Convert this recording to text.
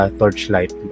Torchlight